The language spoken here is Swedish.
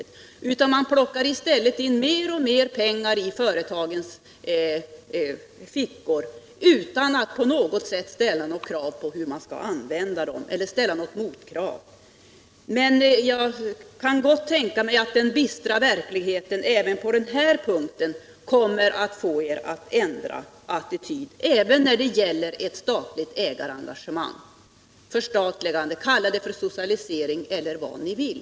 I stället plockar man in mer och mer pengar i företagens fickor utan att på något sätt ställa krav på hur pengarna skall användas. Men jag kan gott tänka mig att den bistra verkligheten även på denna punkt kommer att få er att ändra attityd när det gäller statligt ägarengagemang — kalla det förstatligande, socialisering eller vad ni vill.